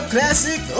Classic